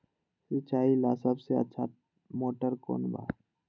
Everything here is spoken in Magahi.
सिंचाई ला सबसे अच्छा मोटर कौन बा?